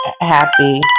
happy